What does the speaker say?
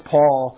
Paul